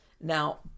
Now